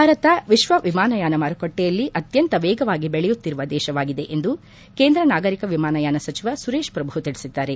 ಭಾರತ ವಿಶ್ವ ವಿಮಾನಯಾನ ಮಾರುಕಟ್ಟೆಯಲ್ಲಿ ಅತ್ತಂತ ವೇಗವಾಗಿ ಬೆಳೆಯುತ್ತಿರುವ ದೇಶವಾಗಿದೆ ಎಂದು ಕೇಂದ್ರ ನಾಗರಿಕ ವಿಮಾನಯಾನ ಸಚಿವ ಸುರೇಶ್ ಪ್ರಭು ತಿಳಿಸಿದ್ದಾರೆ